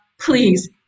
please